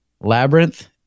Labyrinth